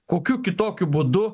kokiu kitokiu būdu